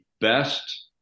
best